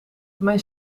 mijn